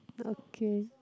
okay